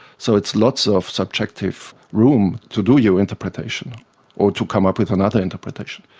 so it's lots of subjective room to do your interpretation or to come up with another interpretation.